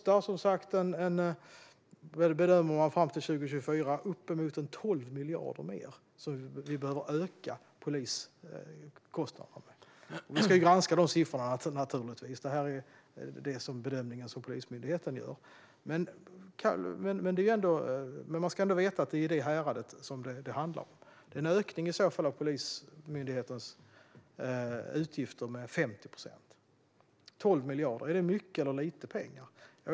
Man bedömer att vi behöver öka poliskostnaderna med uppemot 12 miljarder till 2024. Vi ska naturligtvis granska de siffrorna; det här är bedömningen som Polismyndigheten gör. Men man ska ändå veta att det är i det häradet det hamnar, i så fall en ökning av Polismyndighetens utgifter med 50 procent. Är 12 miljarder mycket eller lite pengar?